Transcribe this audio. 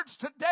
today